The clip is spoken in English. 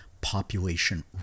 Population